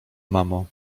mamo